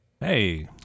Hey